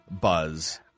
buzz